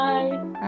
Bye